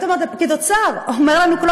את אומרת שזה פקיד אוצר, הוא אומר לנו,